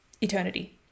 eternity